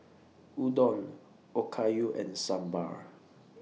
Udon Okayu and Sambar